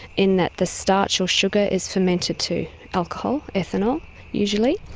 in that the starch or sugar is fermented to alcohol, ethanol usually,